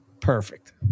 perfect